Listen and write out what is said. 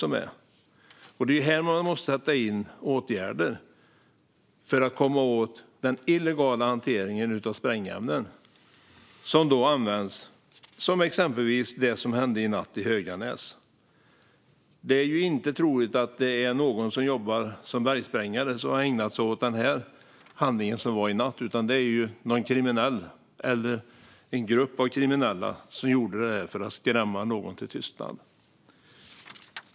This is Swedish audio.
Det är här man måste sätta in åtgärder för att komma åt den illegala hanteringen av sprängämnen, som användes exempelvis vid det som hände i natt i Höganäs. Det är inte troligt att det är någon som jobbar som bergsprängare som har ägnat sig åt den handling som inträffade i natt, utan det är någon kriminell eller grupp av kriminella som gjorde det för att skrämma någon till tystnad.